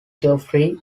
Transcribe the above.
geoffrey